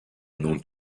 non